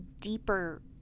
deeper